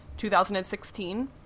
2016